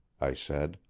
i said.